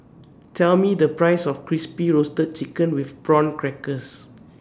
Tell Me The Price of Crispy Roasted Chicken with Prawn Crackers